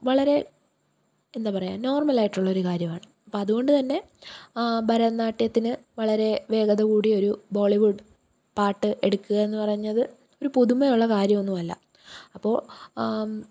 വളരെ എന്താ പറയുക നോർമ്മലായിട്ടുള്ളൊരു കാര്യമാണ് അപ്പോൾ അതുകൊണ്ടുതന്നെ ഭരതനാട്യത്തിന് വളരെ വേഗത കൂടിയൊരു ബോളിവുഡ് പാട്ട് എടുക്കുകയെന്ന് പറഞ്ഞത് ഒരു പുതുമയുള്ള കാര്യമൊന്നുമല്ല അപ്പോൾ